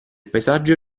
paesaggio